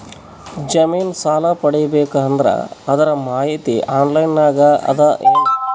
ಜಮಿನ ಸಾಲಾ ಪಡಿಬೇಕು ಅಂದ್ರ ಅದರ ಮಾಹಿತಿ ಆನ್ಲೈನ್ ನಾಗ ಅದ ಏನು?